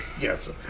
Yes